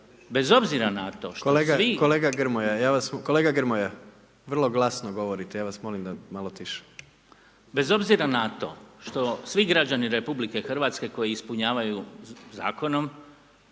Kolega Grmoja, kolega Grmoja, vrlo glasno govorite, ja vas molim da malo tiše./… Bez obzira na to što svi građani RH koji ispunjavaju zakonom